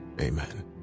amen